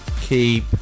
keep